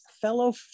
fellow